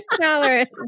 tolerance